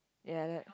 ya that